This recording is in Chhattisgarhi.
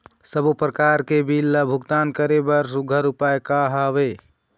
सबों प्रकार के बिल ला भुगतान करे बर सुघ्घर उपाय का हा वे?